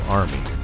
army